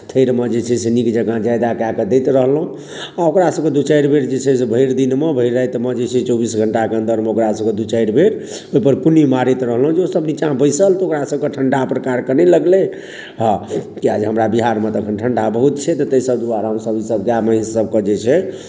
थैरमे जे छै से नीक जँका ज्यादा कए कऽ दैत रहलहुँ आओर ओकरासभके दू चारि बेर जे छै से भरि दिनमे भरि रातिमे जे छै से चौबीस घंटाके अंदरमे ओकरासभके दू चारि बेर ओहिपर कुन्नी मारैत रहलहुँ जे ओसभ नीचाँ बैसल तऽ ओकरासभके ठंडा प्रकारके नहि लगलै हँ किआ जे हमरा बिहारमे तऽ एखन ठंडा बहुत छै तऽ ताहिसभ द्वारे हमसभ ईसभ गाय महीँसके जे छै